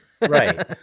Right